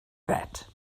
that